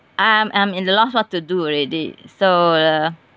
I'm I'm in the lost what to do already so uh